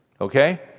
Okay